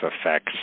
effects